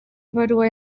ibaruwa